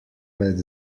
med